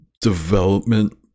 development